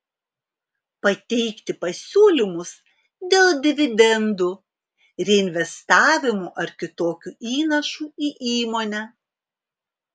pateikti pasiūlymus dėl dividendų reinvestavimo ar kitokių įnašų į įmonę